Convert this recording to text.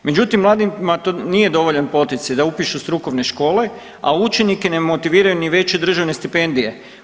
Međutim, mladima to nije dovoljan poticaj da upišu strukovne škole, a učenike ne motiviraju ni veće državne stipendije.